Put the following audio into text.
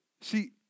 See